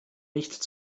nicht